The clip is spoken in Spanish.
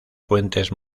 fuentes